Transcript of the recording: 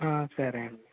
సరే అండి